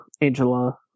Angela